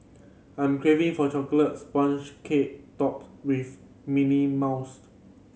I'm craving for a chocolate sponge cake topped with mint mousse